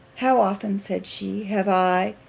how often, said she, have i